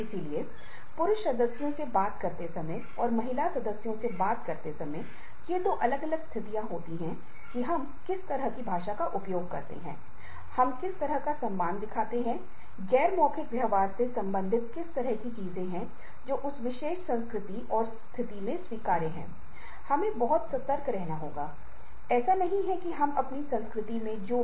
और साथ ही हमारे पास हमारी दैनिक मांगों को पूरा करने के लिए पर्याप्त स्थानीय संसाधन और सुविधाएं नहीं हैं और सटीकता में है